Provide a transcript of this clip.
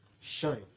shine